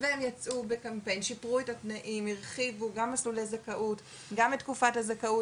היא אמרה בגלל שהוא גם לא עומד בתקציב השנתי שלה,